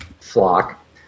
flock